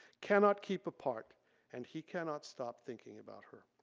cannot keep apart and he cannot stop thinking about her.